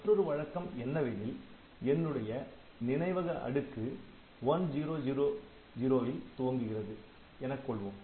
மற்றொரு வழக்கம் என்னவெனில் என்னுடைய நினைவக அடுக்கு 1000ல் துவங்குகிறது எனக் கொள்வோம்